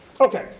Okay